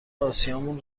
آسیامون